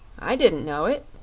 i didn't know it,